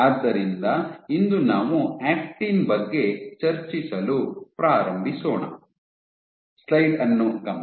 ಆದ್ದರಿಂದ ಇಂದು ನಾವು ಆಕ್ಟಿನ್ ಬಗ್ಗೆ ಚರ್ಚಿಸಲು ಪ್ರಾರಂಭಿಸೋಣ